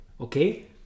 Okay